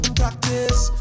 practice